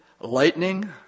lightning